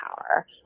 power